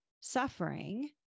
suffering